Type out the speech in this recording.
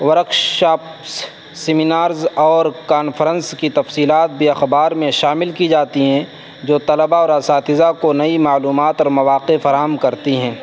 work shops seminars اور conference کی تفصیلات بھی اخبار میں شامل کی جاتی ہیں جو طلبہ اور اساتذہ کو نئی معلومات اور مواقع فراہم کرتی ہیں